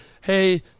hey